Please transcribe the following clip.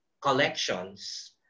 collections